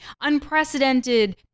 unprecedented